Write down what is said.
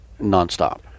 nonstop